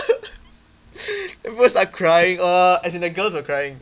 then people start crying !wah! as in the girls were crying